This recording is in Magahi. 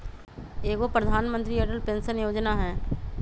एगो प्रधानमंत्री अटल पेंसन योजना है?